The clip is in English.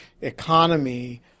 economy